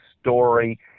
story